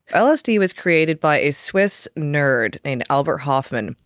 lsd was created by a swiss nerd named albert hofmann.